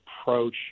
approach